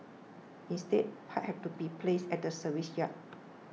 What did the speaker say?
instead pipes had to be placed at the service yard